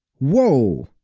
whoa!